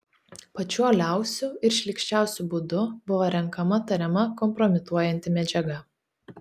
pačiu uoliausiu ir šlykščiausiu būdu buvo renkama tariama kompromituojanti medžiaga